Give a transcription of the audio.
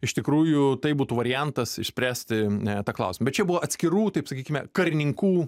iš tikrųjų tai būtų variantas išspręsti tą klausimą bet čia buvo atskirų taip sakykime karininkų